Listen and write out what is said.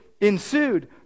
ensued